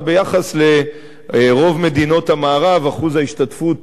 אבל ביחס לרוב מדינות המערב אחוז ההשתתפות